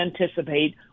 anticipate